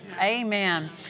Amen